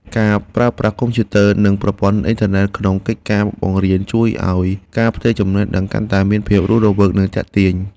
ការប្រើប្រាស់កុំព្យូទ័រនិងប្រព័ន្ធអ៊ីនធឺណិតក្នុងកិច្ចការបង្រៀនជួយឱ្យការផ្ទេរចំណេះដឹងកាន់តែមានភាពរស់រវើកនិងទាក់ទាញ។